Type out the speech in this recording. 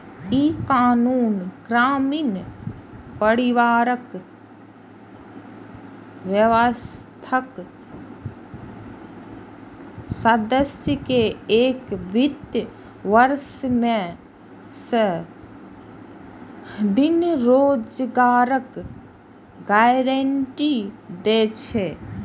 ई कानून ग्रामीण परिवारक वयस्क सदस्य कें एक वित्त वर्ष मे सय दिन रोजगारक गारंटी दै छै